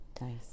Nice